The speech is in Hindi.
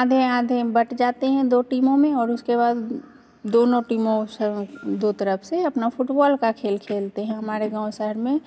आधे आधे बँट जाते हैं दो टीमों में और उसके बाद दोनों टीमों से दो तरफ से अपना फ़ुटबॉल का खेल खेलते हैं हमारे गाँव शहर में